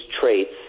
traits